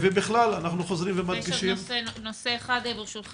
ובכלל, אנחנו חוזרים